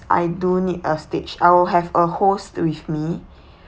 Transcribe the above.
I do need a stage I will have a host with me